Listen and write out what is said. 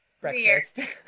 breakfast